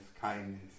kindness